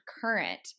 current